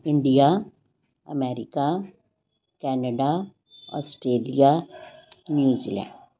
India America Canada Australia New Zealand